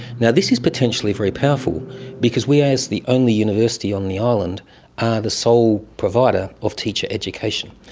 yeah this is potentially very powerful because we, as the only university on the island, are the sole provider of teacher education.